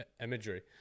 imagery